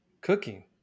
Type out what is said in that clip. Cooking